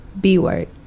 B-word